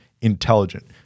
intelligent